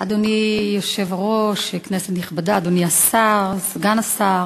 אדוני היושב-ראש, כנסת נכבדה, אדוני השר, סגן השר,